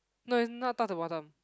no is not top to bottom